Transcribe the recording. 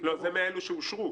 זה מאלה שאושרו.